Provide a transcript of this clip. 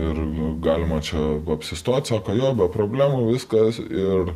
ir galima čia apsistot sako jo be problemų viskas ir